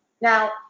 Now